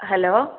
hello